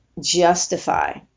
justify